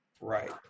Right